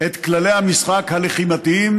את כללי המשחק הלחימתיים,